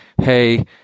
hey